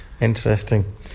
Interesting